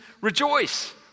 rejoice